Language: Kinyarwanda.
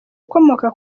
ukomoka